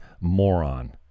moron